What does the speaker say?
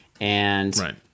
And-